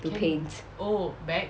to paint